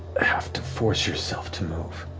have to force yourself to move.